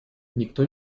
никто